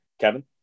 Kevin